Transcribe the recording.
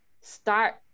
start